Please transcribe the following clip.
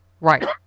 Right